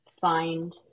find